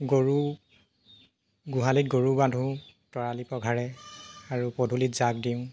গৰু গোহালিত গৰু বান্ধো তৰালি পঘাৰে আৰু পদূলিত জাক দিওঁ